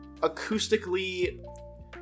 acoustically